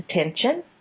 attention